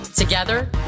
Together